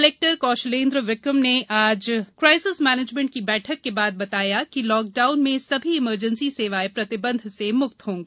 collector Kaushalendra Vikram Singh ने आज crisis management की बैठक के बाद बताया कि लाकडाउन में सभी इमरजेंसी सेवायें प्रतिबंध से मुक्त होंगी